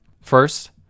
First